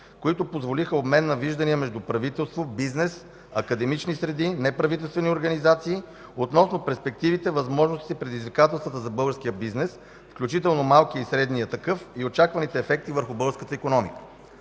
които позволиха обмен на виждания между правителството, бизнеса, академичните среди, неправителствени организации относно перспективите, възможностите, предизвикателствата за българския бизнес, включително малкия и средния такъв, и очакваните ефекти върху българската икономика.